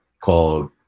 called